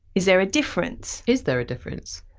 is there a difference? is there a difference?